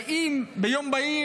המנכ"ל או השר לא באים ביום בהיר